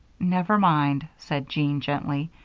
never mind, said jean, gently.